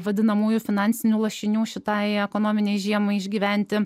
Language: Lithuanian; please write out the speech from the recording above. vadinamųjų finansinių lašinių šitai ekonominei žiemai išgyventi